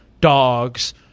dogs